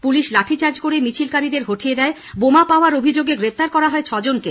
police lathicharge করে মিছিলকারীদের হঠিয়ে দেয় বোমা পাওয়ার অভিযোগে গ্রেপ্তার করা হয় ছজনকে